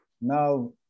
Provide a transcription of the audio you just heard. now